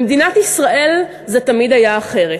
במדינת ישראל זה תמיד היה אחרת.